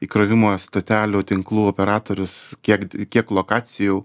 įkrovimo stotelių tinklų operatorius kiek kiek lokacijų